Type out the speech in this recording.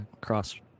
cross